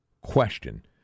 question